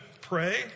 Pray